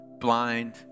blind